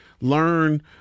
Learn